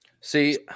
See